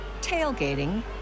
tailgating